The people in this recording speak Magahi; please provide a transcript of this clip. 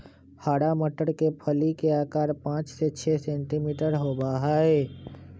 हरा मटर के फली के आकार पाँच से छे सेंटीमीटर होबा हई